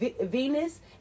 venus